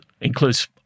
includes